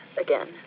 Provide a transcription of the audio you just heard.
again